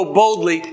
boldly